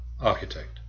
architect